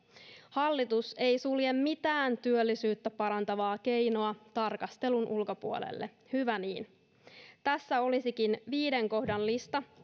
hallitus ei sulje mitään työllisyyttä parantavaa keinoa tarkastelun ulkopuolelle hyvä niin tässä olisikin viiden kohdan lista